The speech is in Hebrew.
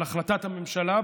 על החלטת הממשלה,